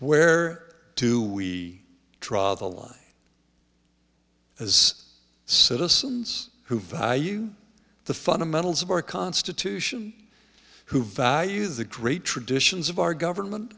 where to we try to live as citizens who value the fundamentals of our constitution who values the great traditions of our government